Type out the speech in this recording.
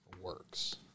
works